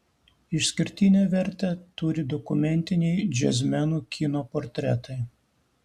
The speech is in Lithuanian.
išskirtinę vertę turi dokumentiniai džiazmenų kino portretai